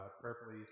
prayerfully